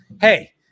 hey